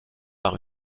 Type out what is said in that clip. par